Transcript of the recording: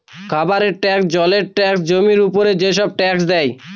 খাবারের ট্যাক্স, জলের ট্যাক্স, জমির উপর যেসব ট্যাক্স দেয়